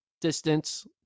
distance